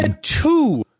Two